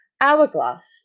Hourglass